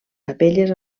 capelles